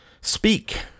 speak